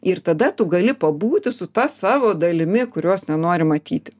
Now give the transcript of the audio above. ir tada tu gali pabūti su ta savo dalimi kurios nenori matyti